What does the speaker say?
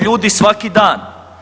ljudi svaki dan.